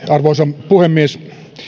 arvoisa puhemies